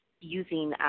using